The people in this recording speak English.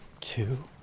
two